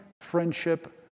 friendship